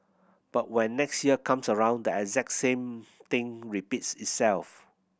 but when next year comes around the exact same thing repeats itself